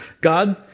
God